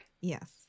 Yes